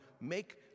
make